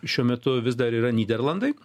šiuo metu vis dar yra nyderlandai